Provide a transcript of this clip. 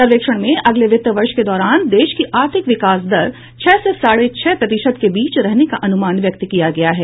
सर्वेक्षण में अगले वित्त वर्ष के दौरान देश की आर्थिक विकास दर छह से साढ़े छह प्रतिशत के बीच रहने का अनुमान व्यक्त किया गया है